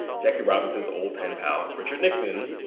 jackie robinson's old pen pal richard nixon,